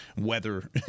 weather